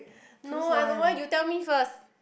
no I don't want you tell me first